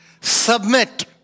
Submit